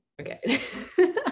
okay